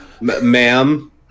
Ma'am